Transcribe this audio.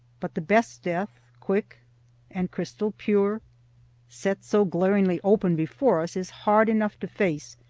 but the best death, quick and crystal-pure, set so glaringly open before us, is hard enough to face,